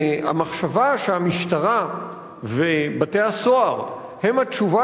והמחשבה שהמשטרה ובתי-הסוהר הם התשובה